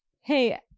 hey